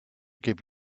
give